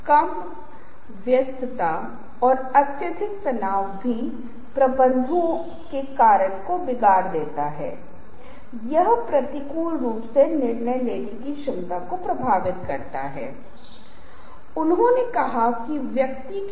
छवियां कैसे प्रस्तुत करें यह एक ऐसी चीज़ है जिसके बारे में आपको बहुत सावधानी बरतने की ज़रूरत है उन्हें कहाँ प्रस्तुत करना है कहाँ रखना है